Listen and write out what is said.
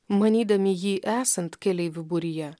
manydami jį esant keleivių būryje